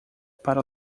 para